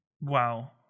Wow